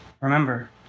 Remember